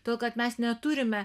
tuo kad mes neturime